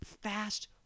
fast